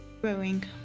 growing